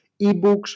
ebooks